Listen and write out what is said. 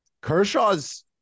Kershaw's